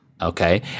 Okay